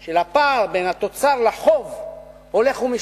של הפער בין התוצר לחוב הולך ומשתפר.